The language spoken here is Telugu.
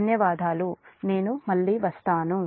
ధన్యవాదాలు నేను మళ్ళీ వస్తాను